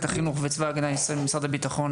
החינוך וצבא הגנה לישראל ומשרד הביטחון,